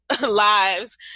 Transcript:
lives